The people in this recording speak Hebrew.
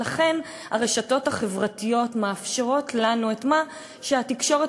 הרשתות החברתיות מאפשרות לנו את מה שהתקשורת